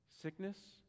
Sickness